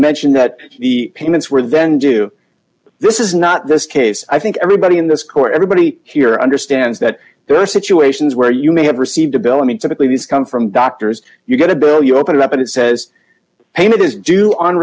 mention that the payments were vendue this is not this case i think everybody in this court everybody here understands that there are situations where you may have received a bill i mean typically these come from doctors you're going to bill you open it up and it says payment is due on